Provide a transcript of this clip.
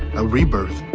a rebirth.